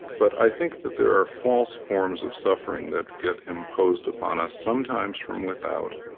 but i think that there are false forms of suffering that get imposed upon us sometimes, from without,